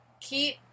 keep